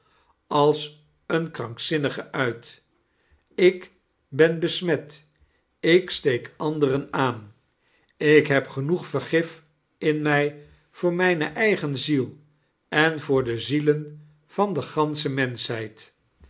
als een krankzinnige uit ik ben besmet ik steek anderen aan ik heb genoeg vergif in mij voor mijne eigen ziel en voor de zielen van de gansohe menschheid